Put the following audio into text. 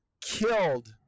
killed